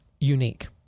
unique